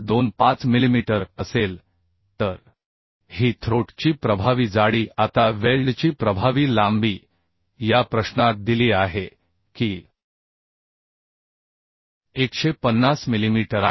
25 millimetre असेल तर ही थ्रोट ची प्रभावी जाडी आता वेल्डची प्रभावी लांबी या प्रश्नात दिली आहे की 150 मिलीमीटर आहे